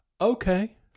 Okay